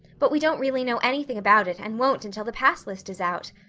but we don't really know anything about it and won't until the pass list is out.